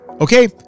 Okay